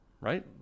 right